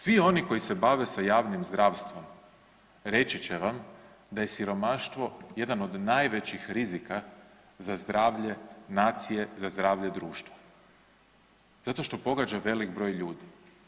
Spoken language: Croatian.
Svi oni koji se bave sa javnim zdravstvom reći će vam da je siromaštvo jedan od najvećih rizika za zdravlje nacije, za zdravlje društva zato što pogađa velik broj ljudi.